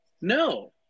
No